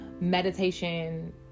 meditation